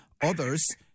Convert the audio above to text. others